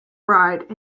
ryde